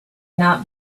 not